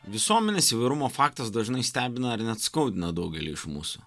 visuomenės įvairumo faktas dažnai stebina ar net skaudina daugelį iš mūsų